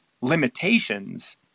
limitations